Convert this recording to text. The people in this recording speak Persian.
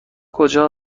کجا